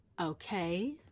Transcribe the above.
Okay